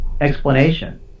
explanation